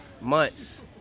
Months